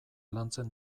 lantzen